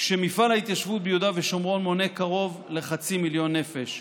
כשמפעל ההתיישבות ביהודה ושומרון מונה קרוב לחצי מיליון נפש,